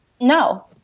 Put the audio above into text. No